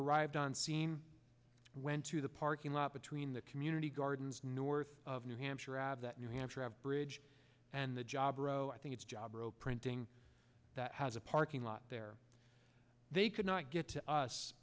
arrived on scene went to the parking lot between the community gardens north of new hampshire out of that new hampshire have bridge and the jobber oh i think it's jobber zero printing that has a parking lot there they could not get to us